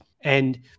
And-